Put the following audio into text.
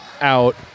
Out